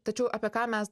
tačiau apie ką mes